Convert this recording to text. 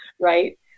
Right